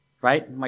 Right